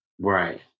Right